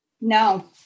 No